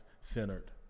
centered